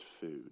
food